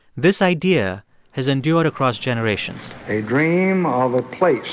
this idea has endured across generations a dream of a place